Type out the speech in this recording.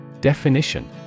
Definition